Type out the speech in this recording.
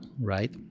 right